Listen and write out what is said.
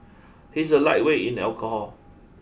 he is a lightweight in alcohol